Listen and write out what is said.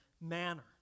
manner